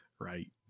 Right